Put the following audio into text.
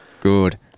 Good